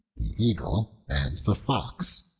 the eagle and the fox